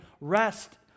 rest